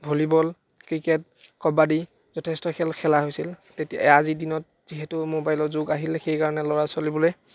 volleyball cricket kabaddi যথেষ্ট খেল খেলা হৈছিল তেতিয়া আজি দিনত যিহেতু মোবাইলৰ যুগ আহিল সেইকাৰণে ল'ৰা ছোৱালীবোৰে